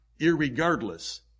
irregardless